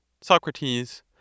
Socrates